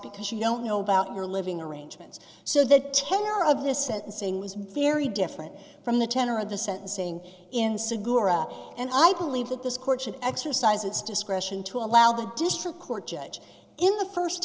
because you don't know about your living arrangements so the tenor of his sentencing was very different from the tenor of the sentencing in cigarettes and i believe that this court should exercise its discretion to allow the district court judge in the first